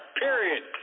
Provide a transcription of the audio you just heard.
Period